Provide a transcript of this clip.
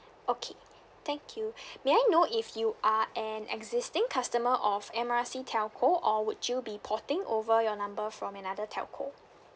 okay thank you may I know if you are an existing customer of M R C telco or would you be porting over your number from another telco